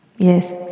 Yes